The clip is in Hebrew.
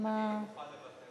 מה, סתם אתה מתיש את הוועדה.